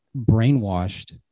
brainwashed